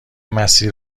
مسیر